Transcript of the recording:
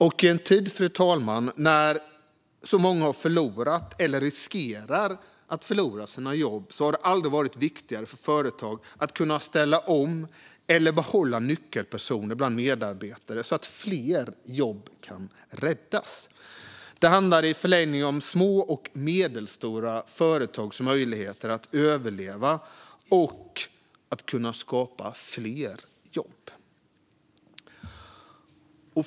Fru talman! I en tid när så många har förlorat eller riskerar att förlora sina jobb har det aldrig varit viktigare för företag att kunna ställa om eller behålla nyckelpersoner bland medarbetare så att fler jobb kan räddas. Det handlar i förlängningen om små och medelstora företags möjligheter att överleva och att kunna skapa fler jobb.